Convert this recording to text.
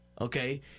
Okay